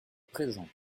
présent